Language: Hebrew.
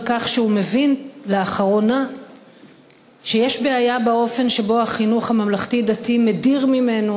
כך שהוא מבין לאחרונה שיש בעיה באופן שבו החינוך הממלכתי-דתי מדיר ממנו